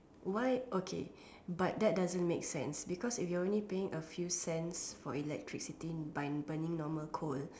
why okay but that doesn't make sense because if you're only paying a few cents for electricity by burning normal coal